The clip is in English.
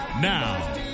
Now